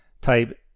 type